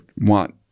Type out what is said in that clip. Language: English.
want